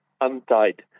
untied